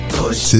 push